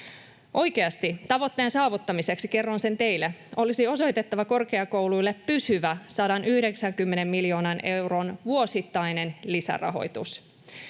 Oikeasti tavoitteen saavuttamiseksi — kerron sen teille — olisi osoitettava korkeakouluille pysyvä 190 miljoonan euron vuosittainen lisärahoitus.